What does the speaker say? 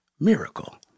miracle